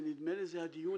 נדמה לי שזה הדיון